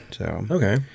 Okay